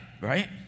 right